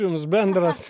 jums bendras